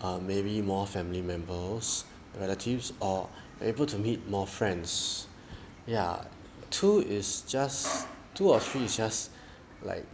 um maybe more family members relatives or able to meet more friends ya two is just two or three is just like